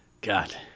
God